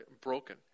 broken